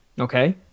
Okay